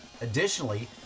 Additionally